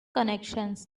connections